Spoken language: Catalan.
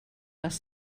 les